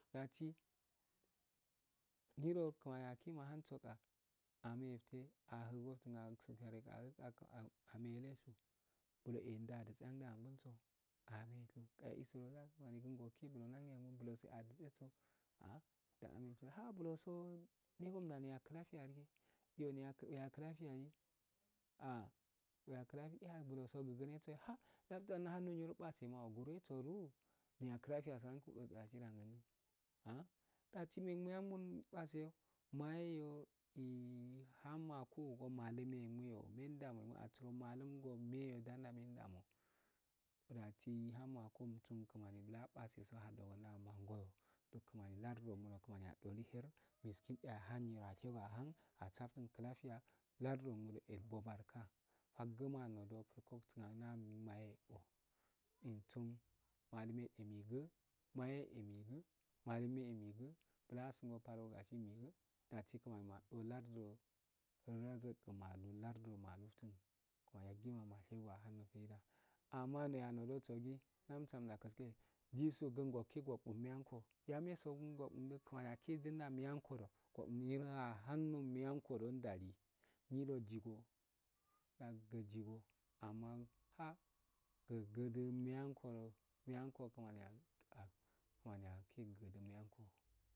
Datsi nyiro kumani aki maluntso ka ame efte ahugoften ahuntso ani gare imelego bule eh nda gun tso amje ehlou an esi woda dasi ani blans adh tse so ah ble so engun neya klafiya so ehyo weya klafiya eh ah weya klafiya, bulo so kiki nutso na hun nyiro base me ugu tsulo neya lafiya srangu wus dot btse ashiriyan gun do ah datsi niyangun base mayo yo een ham agu oh go malum me yo men yo den da men damo, datsi hum nyiro tsun gu kumani lardu do adoli her miskin eh eshego akal nyiro ahum asaftun klafiya lardu gum eh ibo barka, fohuma agol maye maloume eh mentsun mahymme migu maye eh minyu bla pal go gasi migu dasi kumani ado lardu do, dasi blan alu larda do ma luftun ashego mahindo feyda, amma noya nyiro tso gi namtsu da gieke jisu gi muyanko yame so kumani aki nyiro ahun ku miyan go so ndali nyiro jigo, amma ogudh miyanko do kama aki miyan ko